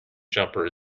jumper